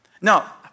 Now